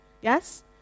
yes